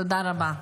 תודה רבה.